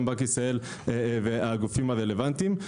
גם בנק ישראל והגופים הרלוונטיים.